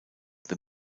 the